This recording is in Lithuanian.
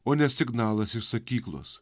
o ne signalas iš sakyklos